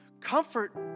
Comfort